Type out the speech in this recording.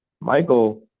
Michael